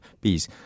bees